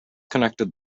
connected